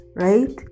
right